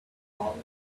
all